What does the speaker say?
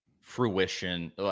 fruition